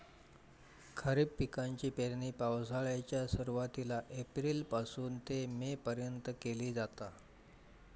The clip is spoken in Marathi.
खरीप पिकाची पेरणी पावसाळ्याच्या सुरुवातीला एप्रिल पासून ते मे पर्यंत केली जाता